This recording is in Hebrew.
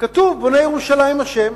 כתוב: "בונה ירושלים ה'".